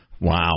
Wow